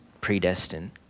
predestined